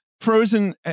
Frozen